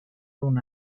una